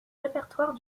répertoire